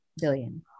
billion